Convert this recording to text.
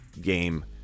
game